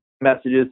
messages